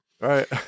Right